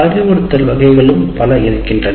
அறிவுறுத்தல் வகைகளும் பல இருக்கின்றன